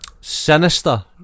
Sinister